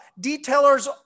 detailers